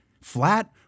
Flat